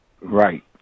Right